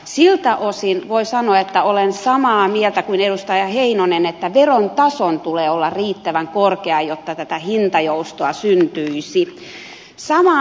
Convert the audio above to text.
siltä osin voi sanoa että olen samaa mieltä kuin edustaja heinonen että veron tason tulee olla riittävän korkea jotta tätä hintajoustoa syntyisi